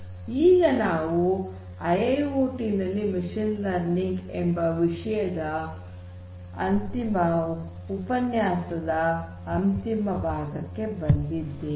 ಈಗ ನಾವು I I O T ನಲ್ಲಿ ಮಷೀನ್ ಲರ್ನಿಂಗ್ ಎಂಬ ವಿಷಯದ ಉಪನ್ಯಾಸದ ಅಂತಿಮಕ್ಕೆ ಬಂದಿದ್ದೇವೆ